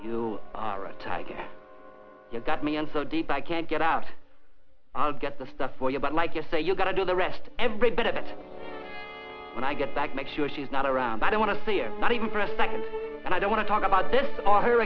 tiger you got me in so deep i can't get out i'll get the stuff for you but like you say you're going to do the rest every bit of it when i get back make sure she's not around but i want to see him not even for a second and i don't want to talk about this on her